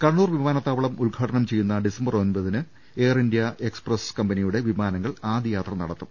കണ്ണൂർ വിമാനത്താവളം ഉദ്ഘാടനം ചെയ്യുന്ന ഡിസംബർ ഒമ്പതിന് എയർഇന്ത്യ എക്സ്പ്രസ് കമ്പനിയുടെ വിമാനങ്ങൾ ആദ്യയാത്ര നടത്തും